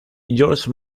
george